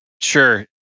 Sure